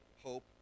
hope